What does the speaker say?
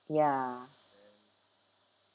ya